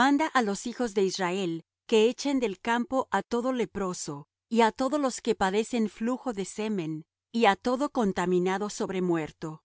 manda á los hijos de israel que echen del campo á todo leproso y á todos los que padecen flujo de semen y á todo contaminado sobre muerto